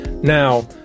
Now